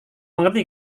mengerti